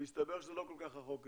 מסתבר שזה לא כל כך רחוק אצלנו.